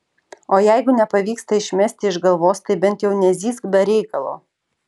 o jeigu nepavyksta išmesti iš galvos tai bent jau nezyzk be reikalo